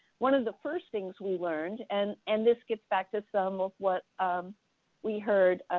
one of the first things we learned, and and this gets back to some of what um we heard